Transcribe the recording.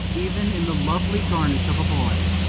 even in the lovely garnish of a boy.